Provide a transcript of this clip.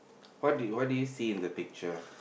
what do you what do you see in the picture